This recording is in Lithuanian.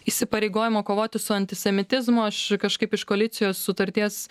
įsipareigojimą kovoti su antisemitizmu aš kažkaip iš koalicijos sutarties